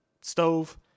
stove